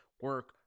Work